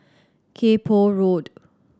Kay Poh Road